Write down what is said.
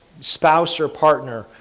spouse or partner,